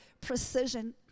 precision